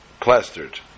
plastered